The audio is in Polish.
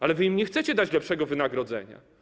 Ale wy im nie chcecie dać lepszego wynagrodzenia.